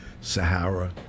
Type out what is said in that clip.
Sahara